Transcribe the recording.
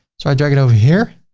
so i drag it over here